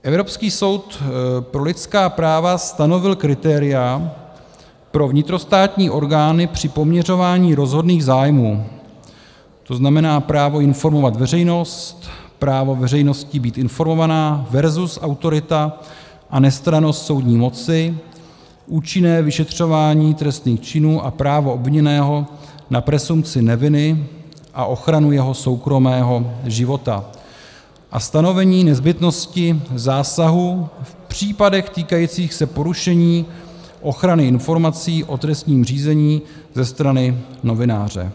Evropský soud pro lidská práva stanovil kritéria pro vnitrostátní orgány při poměřování rozhodných zájmů, tzn. právo informovat veřejnost, právo veřejnosti být informovaná versus autorita a nestrannost soudní moci, účinné vyšetřování trestných činů a právo obviněného na presumpci neviny a ochranu jeho soukromého života a stanovení nezbytnosti zásahu v případech týkajících se porušení ochrany informací o trestním řízení ze strany novináře.